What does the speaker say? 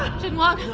xinguang,